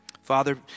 Father